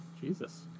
Jesus